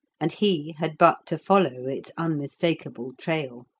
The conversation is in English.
and he had but to follow its unmistakable trail.